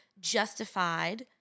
justified